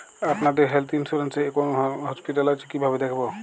আপনাদের health insurance এ কোন কোন হসপিটাল আছে কিভাবে দেখবো?